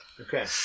Okay